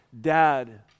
dad